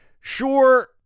Sure